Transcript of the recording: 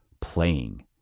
playing